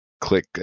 click